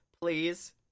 please